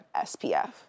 SPF